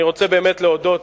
אני רוצה באמת להודות